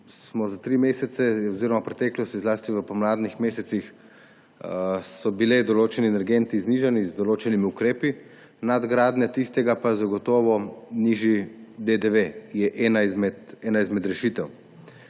Kar se tiče preteklosti zlasti v pomladnih mesecih, so bili določeni energenti znižani z določenimi ukrepi, nadgradnja tistega pa je zagotovo nižji DDV, ki je ena izmed rešitev.